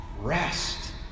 rest